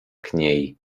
kniei